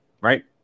right